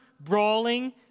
brawling